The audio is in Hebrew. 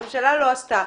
הממשלה לא עשתה.